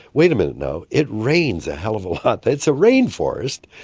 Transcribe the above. wait a minute now, it rains a hell of a lot, it's a rainforest,